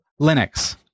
Linux